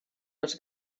els